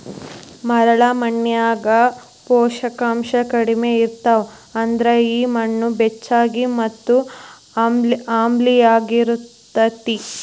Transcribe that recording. ಮರಳ ಮಣ್ಣಿನ್ಯಾಗ ಪೋಷಕಾಂಶ ಕಡಿಮಿ ಇರ್ತಾವ, ಅದ್ರ ಈ ಮಣ್ಣ ಬೆಚ್ಚಗ ಮತ್ತ ಆಮ್ಲಿಯವಾಗಿರತೇತಿ